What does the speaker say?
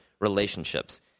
relationships